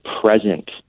present